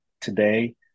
today